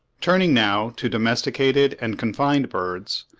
turning now to domesticated and confined birds,